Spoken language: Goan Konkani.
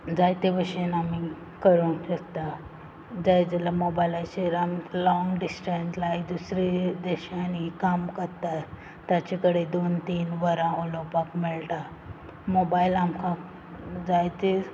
जायते भशेन आमी करूंक शकतात जाय जाल्यार मोबायलाचेर आम लॉंग डिसटन्स लायक दुसरे देशांनी काम करतात ताचे कडेन दोन तीन वरां उलोवपाक मेळटा मोबायल आमकां जायतें